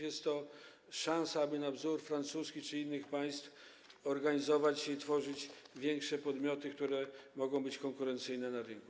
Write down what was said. Jest to szansa, aby na wzór francuski czy innych państw organizować i tworzyć większe podmioty, które mogą być konkurencyjne na rynku.